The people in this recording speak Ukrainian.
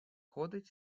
ходить